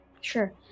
Sure